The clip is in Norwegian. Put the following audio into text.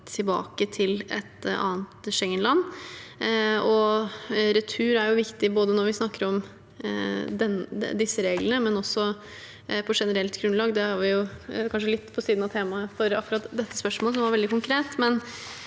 tilbake til et annet Schengen-land. Retur er jo viktig når vi snakker om disse reglene, men også på generelt grunnlag. Det er kanskje litt på siden av temaet for akkurat dette spørsmålet, som var veldig konkret,